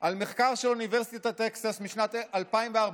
על מחקר של אוניברסיטת טקסס משנת 2014,